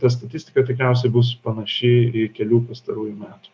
ta statistika tikriausiai bus panaši į kelių pastarųjų metų